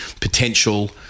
potential